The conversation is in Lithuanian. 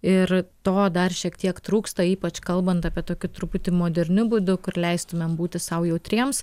ir to dar šiek tiek trūksta ypač kalbant apie tokį truputį moderniu būdu kur leistumėm būti sau jautriems